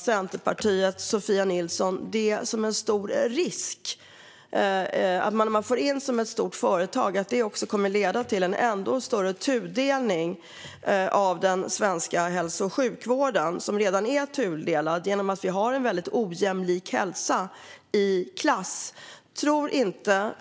Ser inte Sofia Nilsson att när man får in ett sådant stort företag riskerar det också att leda till en ännu större tudelning av den svenska hälso och sjukvården, som redan är tudelad genom att vi har en väldigt ojämlik hälsa med avseende på klass?